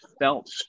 felt